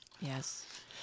Yes